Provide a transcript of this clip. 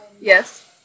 Yes